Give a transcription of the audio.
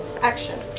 Action